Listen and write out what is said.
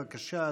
בבקשה,